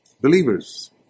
Believers